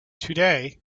today